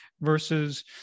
versus